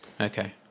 Okay